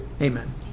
Amen